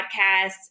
podcasts